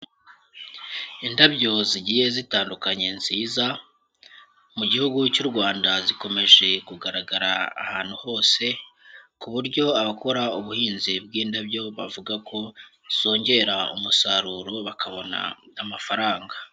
Indabyo zigiye zitandukanye nziza, mu gihugu cy'u Rwanda zikomeje kugaragara ahantu hose, ku buryo abakora ubuhinzi bw'indabyo bavuga ko zongera umusaruro bakabona amafaranga.